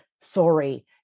sorry